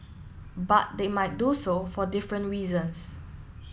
but they might do so for different reasons